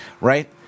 right